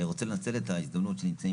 אני רוצה לנצל את ההזדמנות שנמצאים